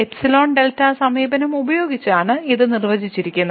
epsilon delta സമീപനം ഉപയോഗിച്ചാണ് ഇത് നിർവചിച്ചിരിക്കുന്നത്